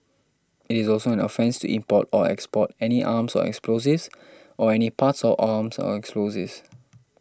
it is also an offence to import or export any arms or explosives or any parts of arms or explosives